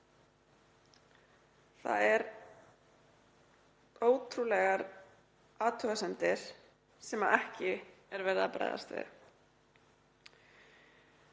Það eru ótrúlegar athugasemdir sem ekki er verið að bregðast við.